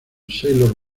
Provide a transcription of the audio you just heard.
sailor